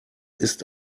ist